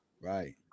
right